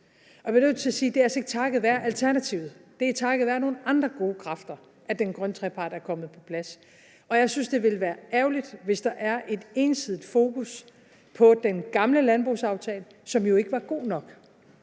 Jeg bliver nødt til sige, at det altså ikke er takket være Alternativet. Det er takket være nogle andre gode kræfter, at den grønne trepart er kommet på plads. Jeg synes, det ville være ærgerligt, hvis der var et entydigt fokus på den gamle landbrugsaftale, som jo ikke var god nok.